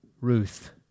Ruth